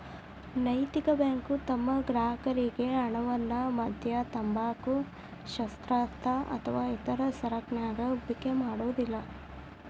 ನೈತಿಕ ಬ್ಯಾಂಕು ತಮ್ಮ ಗ್ರಾಹಕರ್ರಿಗೆ ಹಣವನ್ನ ಮದ್ಯ, ತಂಬಾಕು, ಶಸ್ತ್ರಾಸ್ತ್ರ ಅಥವಾ ಕೆಲವು ಸರಕನ್ಯಾಗ ಹೂಡಿಕೆ ಮಾಡೊದಿಲ್ಲಾ